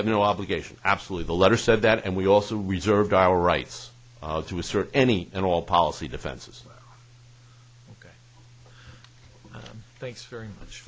have no obligation absolutely the letter said that and we also reserved our rights to assert any and all policy defenses thanks very much